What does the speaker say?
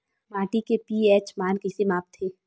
माटी के पी.एच मान कइसे मापथे?